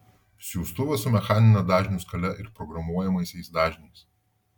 siųstuvas su mechanine dažnių skale ir programuojamaisiais dažniais